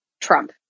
Trump